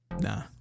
Nah